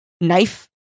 knife